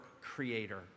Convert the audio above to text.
creator